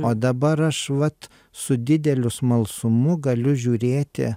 o dabar aš vat su dideliu smalsumu galiu žiūrėti